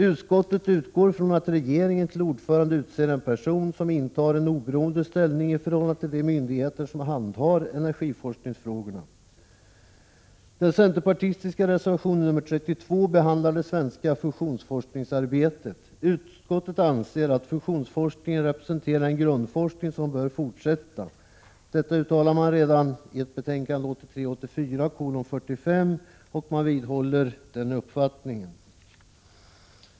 Utskottet utgår från att regeringen till ordförande utser en person som intar en oberoende ställning i förhållande till de myndigheter som handhar energiforskningsfrågor. Den centerpartistiska reservationen 32 behandlar det svenska fusionsforskningsarbetet. Utskottet anser att fusionsforskningen representerar en grundforskning som bör fortsätta. Detta uttalades redan i betänkandet 1983/84:45, och man vidhåller den uppfattningen.